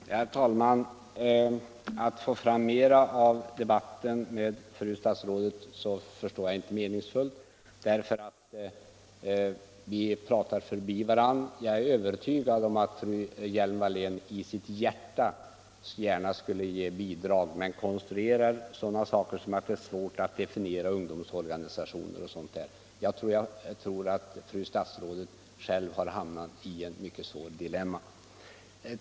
Herr talman! Att försöka få ut mera av debatten med fru statsrådet förstår jag är inte meningsfullt, eftersom vi pratar förbi varandra. Jag är övertygad om att fru Hjelm-Wallén i sitt hjärta gärna skulle ge bidrag men konstruerar sådana invändningar som att det är svårt att definiera begreppet ungdomsorganisationer. Jag tror att fru statsrådet har hamnat i ett mycket svårt dilemma.